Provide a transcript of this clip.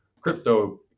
crypto